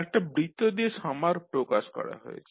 একটা বৃত্ত দিয়ে সামার প্রকাশ করা হয়েছে